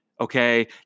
okay